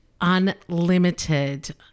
unlimited